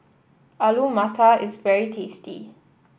Alu Matar is very tasty